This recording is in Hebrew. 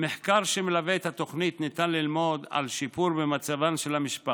ממחקר שמלווה את התוכנית ניתן ללמוד על שיפור במצבן של המשפחות.